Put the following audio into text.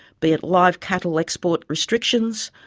be it live cattle-export restrictions,